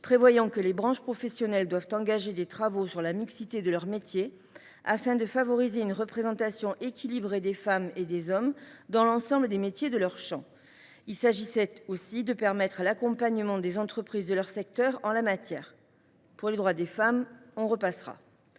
en vertu duquel les branches professionnelles doivent engager des travaux sur la mixité de leurs métiers afin de favoriser une représentation équilibrée des femmes et des hommes dans l’ensemble des métiers de leur champ. Il s’agissait aussi de permettre l’accompagnement des entreprises de leur secteur en la matière. Pour les droits des femmes, on repassera…